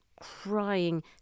crying